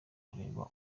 kureba